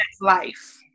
Life